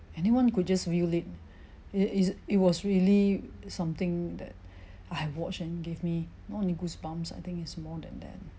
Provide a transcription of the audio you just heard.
anyone could just view it it it's it was really something that I have watched and gave me not only goosebumps I think is more than that